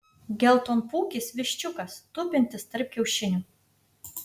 geltonpūkis viščiukas tupintis tarp kiaušinių